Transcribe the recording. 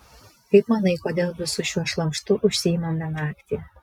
kaip manai kodėl visu šiuo šlamštu užsiimame naktį